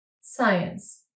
Science